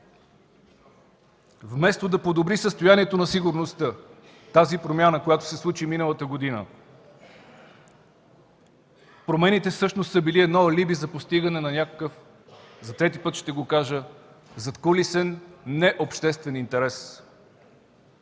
Вместо да подобри състоянието на сигурността, тази промяна, която се случи миналата година, промените всъщност са били едно алиби за постигане на някакъв, ще го кажа за трети път, задкулисен не обществен интерес.